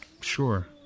Sure